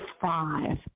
five